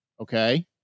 okay